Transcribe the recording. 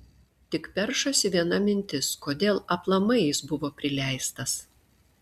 tik peršasi viena mintis kodėl aplamai jis buvo prileistas